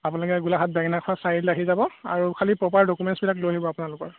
আপোনালোকে গোলাঘাট বেঙেনাখোৱা চাৰিআলিলৈ আহি যাব আৰু খালি প্ৰপাৰ ডকুমেণ্টচবিলাক লৈ আহিব আপোনালোকৰ